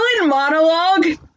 monologue